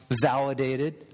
validated